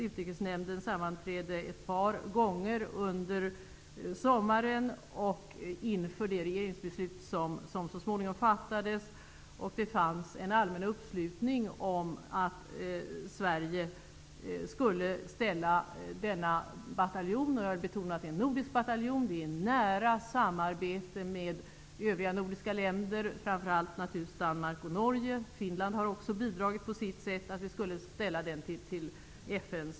Utrikesnämnden sammanträdde ett par gånger under sommaren och inför det regeringsbeslut som så småningom fattades. Det fanns en allmän uppslutning om att Sverige skulle ställa denna bataljon till FN:s förfogande. Jag vill betona att det är en nordisk bataljon. Detta sker i nära samarbete med övriga nordiska länder, framför allt naturligtvis med Danmark och Norge. Men Finland har också bidragit på sitt sätt.